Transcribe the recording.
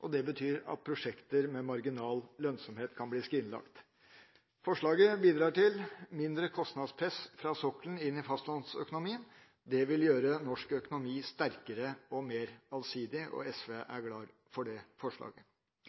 og det betyr at prosjekter med marginal lønnsomhet kan bli skrinlagt. Forslaget bidrar til mindre kostnadspress fra sokkelen inn i fastlandsøkonomien. Det vil gjøre norsk økonomi sterkere og mer allsidig, og SV er glad for det forslaget.